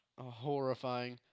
horrifying